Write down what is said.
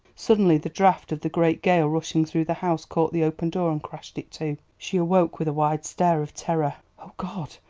suddenly the draught of the great gale rushing through the house caught the opened door and crashed it to. she awoke with a wild stare of terror. oh, god,